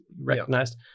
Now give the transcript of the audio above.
recognized